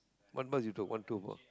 what bus you took one two four